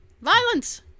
Violence